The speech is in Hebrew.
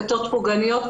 כתות פוגעניות,